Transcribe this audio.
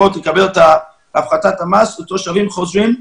כדי לקבל את הפחתת המס לתושבים חוזרים,